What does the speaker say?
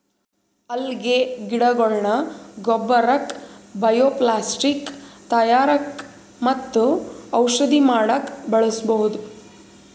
ಅಲ್ಗೆ ಗಿಡಗೊಳ್ನ ಗೊಬ್ಬರಕ್ಕ್ ಬಯೊಪ್ಲಾಸ್ಟಿಕ್ ತಯಾರಕ್ಕ್ ಮತ್ತ್ ಔಷಧಿ ಮಾಡಕ್ಕ್ ಬಳಸ್ಬಹುದ್